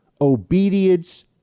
obedience